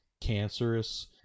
cancerous